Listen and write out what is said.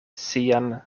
sian